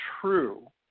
true